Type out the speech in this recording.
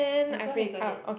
go ahead go ahead